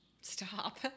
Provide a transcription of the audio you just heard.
stop